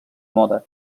moda